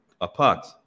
apart